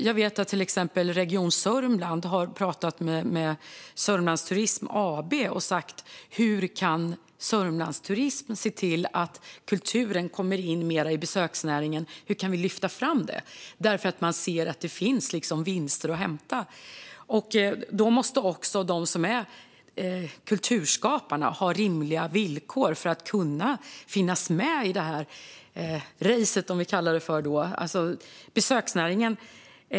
Jag vet att till exempel Region Sörmland har talat med Sörmlandsturism AB och frågat hur Sörmlandsturism kan se till att kulturen kommer in mer i besöksnäringen och hur den kan lyftas fram. Man ser nämligen att det finns vinster att hämta. Då måste också kulturskaparna ha rimliga villkor för att kunna finnas med i detta race, som man kan kalla det, alltså besöksnäringen.